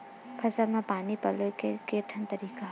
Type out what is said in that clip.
फसल म पानी पलोय के केठन तरीका हवय?